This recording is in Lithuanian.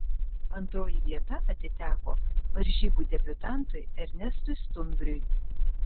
antroji vieta atiteko varžybų debiutantui ernestui stumbriui